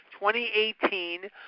2018